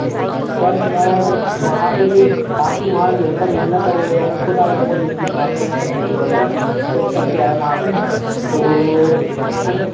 तो सर मैं वहाँ पर आपके वहाँ लड़का भेजना पड़ेगा मैं ख़ुद आ जाऊँगा देख लूँगा आपके यहाँ फर्नीचर वग़ैरह कैसा क्या है वहाँ पर तो अगर